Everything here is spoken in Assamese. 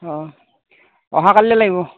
অঁ অহা কালিলৈ লাগিব